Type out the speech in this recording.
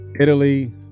Italy